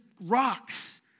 rocks